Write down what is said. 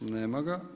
Nema ga.